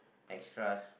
extras